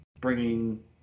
bringing